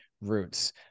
roots